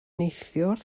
neithiwr